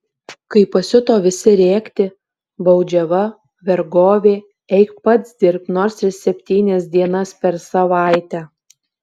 kai pasiuto visi rėkti baudžiava vergovė eik pats dirbk nors ir septynias dienas per savaitę